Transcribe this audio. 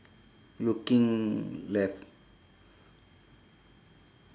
looking left